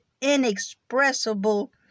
inexpressible